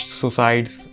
suicides